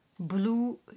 Blue